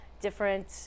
different